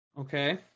Okay